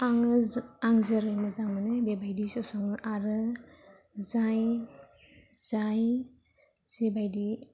आङो आं जोरै मोजां मोनो बेबायदिसो सङो आरो जाय जाय जेबायदि